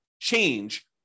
change